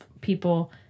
people